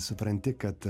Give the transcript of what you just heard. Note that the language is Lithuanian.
supranti kad